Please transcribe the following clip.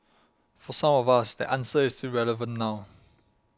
for some of us that answer is still relevant now